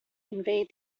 invade